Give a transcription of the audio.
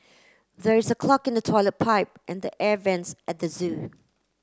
there is a clog in the toilet pipe and the air vents at zoo